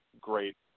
Great